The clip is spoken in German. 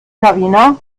karina